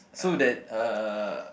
so that uh